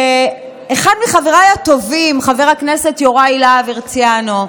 שאחד מחבריי הטובים, חבר הכנסת יוראי להב הרצנו,